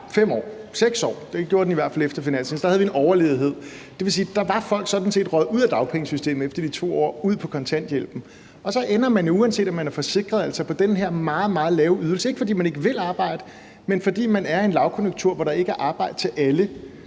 der havde vi en overledighed, og det vil sige, at der var folk sådan set røget ud af dagpengesystemet efter de 2 år og ud på kontanthjælp, og så ender man jo, uanset om man er forsikret, på den her meget, meget lave ydelse. Det er ikke, fordi man ikke vil arbejde, men fordi man er i en lavkonjunktur, hvor der ikke er arbejde til alle.